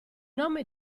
nome